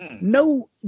no